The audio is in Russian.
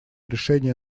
решение